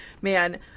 Man